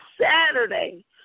Saturday